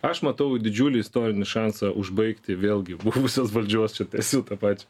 aš matau didžiulį istorinį šansą užbaigti vėlgi buvusios valdžios čia tarsi tą pačią